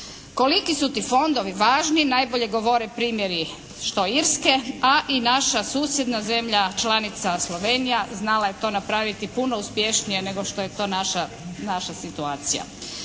Koliki su ti fondovi važni, najbolje govore primjeri što Irske a i naša susjedna zemlja članica Slovenija, znala je to napraviti puno uspješnije nego što je to naša situacija.